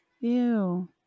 Ew